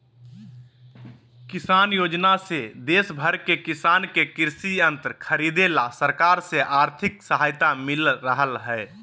किसान योजना से देश भर के किसान के कृषि यंत्र खरीदे ला सरकार से आर्थिक सहायता मिल रहल हई